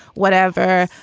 whatever.